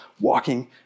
walking